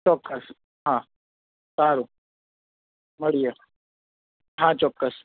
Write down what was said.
ચોક્કસ હા સારું મળીએ હા ચોક્કસ